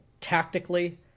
tactically